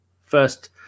first –